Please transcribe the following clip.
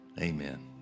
Amen